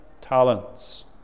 talents